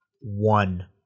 One